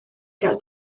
gael